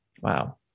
wow